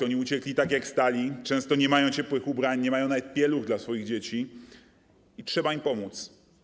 Oni uciekli tak, jak stali, często nie mają ciepłych ubrań, nie mają nawet pieluch dla swoich dzieci, i trzeba im pomóc.